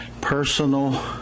personal